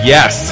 Yes